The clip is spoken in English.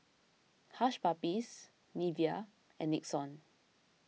Hush Puppies Nivea and Nixon